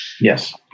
Yes